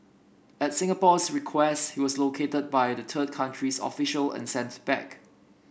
at Singapore's request he was located by the third country's official and sent back